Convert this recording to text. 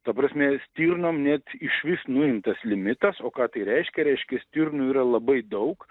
ta prasme stirnom net išvis nuimtas limitas o ką tai reiškia reiškia stirnų yra labai daug